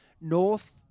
North